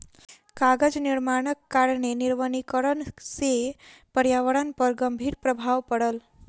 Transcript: कागज निर्माणक कारणेँ निर्वनीकरण से पर्यावरण पर गंभीर प्रभाव पड़ल